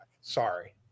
Sorry